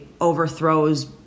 overthrows